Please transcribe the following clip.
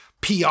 PR